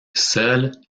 seul